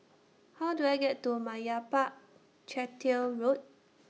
How Do I get to Meyappa Chettiar Road